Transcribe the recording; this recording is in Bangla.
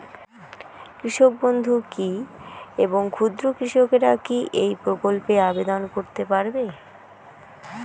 কৃষক বন্ধু প্রকল্প কী এবং ক্ষুদ্র কৃষকেরা কী এই প্রকল্পে আবেদন করতে পারবে?